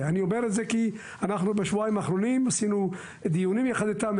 אני אומר את זה כי אנחנו בשבועיים האחרונים עשינו דיונים יחדם איתם,